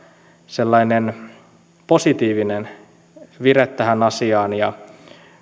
sellainen positiivinen vire tähän asiaan ja